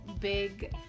big